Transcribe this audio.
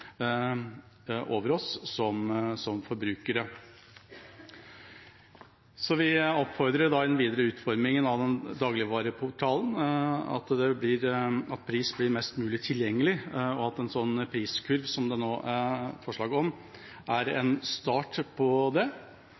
over oss som forbrukere. Jeg vil oppfordre til, i den videre utformingen av dagligvareportalen, at pris blir mest mulig tilgjengelig, og at en slik «priskurv», som det nå er forslag om, er en start på det,